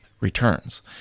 returns